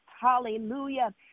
hallelujah